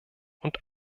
und